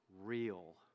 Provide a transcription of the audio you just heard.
real